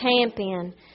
champion